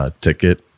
ticket